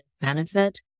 benefit